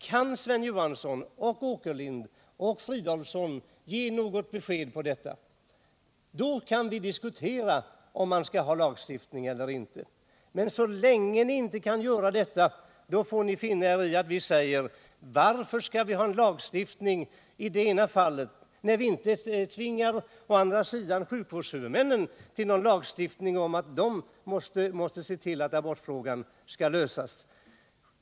Kan Sven Johansson, Allan Åkerlind eller Filip Fridolfsson ge besked om något sådant fall, kan vi diskutera om man skall ha lagstiftning eller inte på detta område, men så länge ni inte kan göra det får ni finna er i att vi säger: Varför skall vi ha en lagstiftning i detta fall när vi å andra sidan inte med lagstiftning tvingar sjukvårdshuvudmännen att se till att abortfrågan skall lösas?